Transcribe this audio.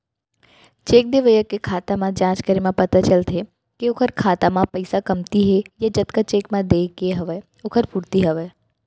cheque देवइया के खाता म जाँच करे म पता चलथे के ओखर खाता म पइसा कमती हे या जतका चेक म देय के हवय ओखर पूरति हवय